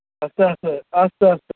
अस्तु अस्तु अस्तु अस्तु